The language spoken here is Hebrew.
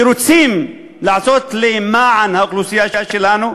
שרוצים לעשות למען האוכלוסייה שלנו,